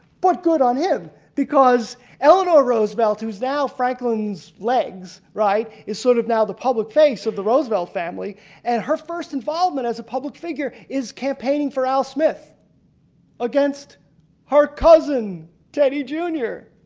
but good on him because eleanor roosevelt who's now franklin's legs, right? is sort of now the public face of the roosevelt family and her first involvement as a public figure is campaigning for al smith against her cousin teddy junior.